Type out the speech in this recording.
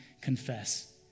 confess